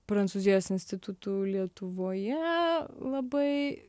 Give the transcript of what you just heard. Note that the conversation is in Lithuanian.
prancūzijos institutu lietuvoje labai